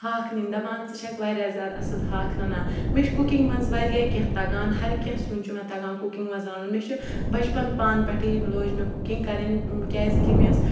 ہاکھ نِنہِ دپان ژٕ چھَکھ واریاہ زیادٕ اَصٕل ہاکھ رَنان مےٚ چھِ کُکِنٛگ منٛز واریاہ کینٛہہ تگان ہرکینٛہہ سیُن چھُ مےٚ تگان کُکِنٛگ منٛز رَنُن مےٚ چھُ بَچپَن پانہٕ پٮ۪ٹھٕے یِم لٲج مےٚ کُکِنٛگ کَرٕنۍ کیٛازِکہِ مےٚ ٲس